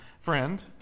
Friend